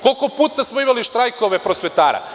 Koliko puta smo imali štrajkove prosvetara?